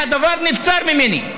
והדבר נבצר ממני,